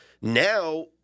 Now